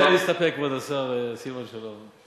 אני מציע להסתפק, כבוד השר סילבן שלום.